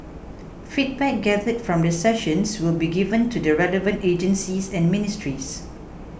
feedback gathered from the sessions will be given to the relevant agencies and ministries